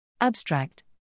Abstract